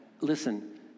Listen